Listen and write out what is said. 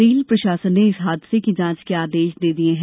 rail प्रशासन ने इस हादसे की जांच के आदेश दिये हैं